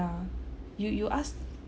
you you ask